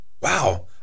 Wow